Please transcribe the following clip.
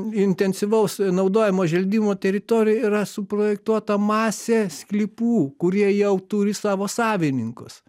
intensyvaus naudojimo želdimo teritorijoj yra suprojektuota masė sklypų kurie jau turi savo savininkus